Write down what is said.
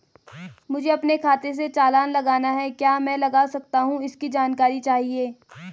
मुझे अपने खाते से चालान लगाना है क्या मैं लगा सकता हूँ इसकी जानकारी चाहिए?